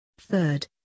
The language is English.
Third